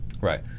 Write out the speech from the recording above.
Right